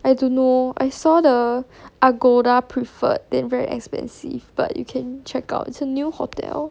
I don't know I saw the agoda preferred than very expensive but you can check out the new hotel